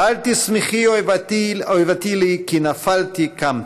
"אל תשמחי אֹיַבְתי לי כי נפלתי קמתי".